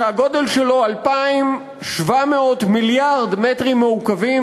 שהגודל שלו הוא 2,700 מיליארד מטרים מעוקבים,